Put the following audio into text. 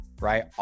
right